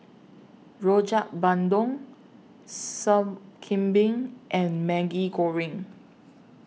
Rojak Bandung Sup Kambing and Maggi Goreng